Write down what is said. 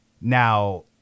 Now